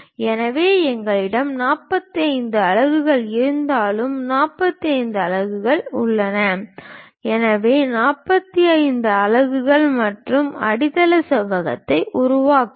எனவே எங்களிடம் 45 அலகுகள் இருந்தாலும் 45 அலகுகள் உள்ளன எனவே 45 அலகுகள் மற்றும் அடித்தள செவ்வகத்தை உருவாக்குங்கள்